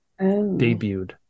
debuted